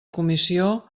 comissió